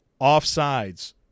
offsides